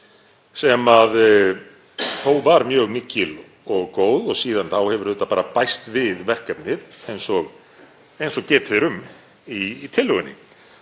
sem þó var mjög mikil og góð og síðan þá hefur auðvitað bara bæst við verkefnið, eins og getið er um í tillögunni.